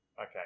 okay